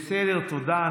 תודה.